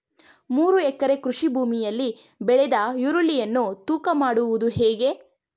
ಮೂರು ಎಕರೆ ಕೃಷಿ ಭೂಮಿಯಲ್ಲಿ ಬೆಳೆದ ಈರುಳ್ಳಿಯನ್ನು ತೂಕ ಮಾಡುವುದು ಹೇಗೆ?